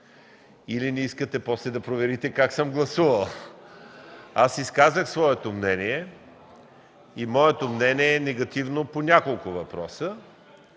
или не искате после да проверите как съм гласувал. Аз изказах своето мнение и то е негативно по няколко въпроса.